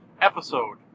episode